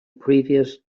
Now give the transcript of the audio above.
previous